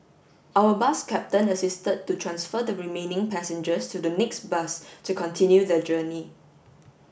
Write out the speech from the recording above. our bus captain assisted to transfer the remaining passengers to the next bus to continue their journey